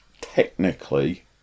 technically